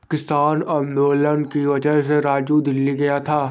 किसान आंदोलन की वजह से राजू दिल्ली गया था